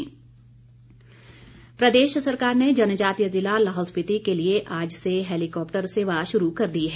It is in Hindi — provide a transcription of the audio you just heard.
हैलीकॉप्टर सेवा प्रदेश सरकार ने जनजातीय ज़िला लाहौल स्पिति के लिए आज से हैलीकॉप्टर सेवा शुरू कर दी है